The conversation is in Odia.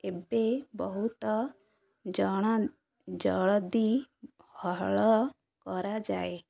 ଏବେ ବହୁତ ଜଣ ଜଳଦି ହଳ କରାଯାଏ